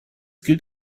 gilt